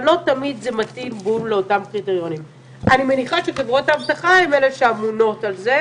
אבל התלונות שאני מקבל 'כאן בטדי מאבטחים פעלו כך',